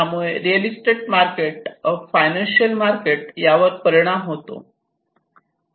त्यामुळे real estate market financial market यावर परिणाम होतो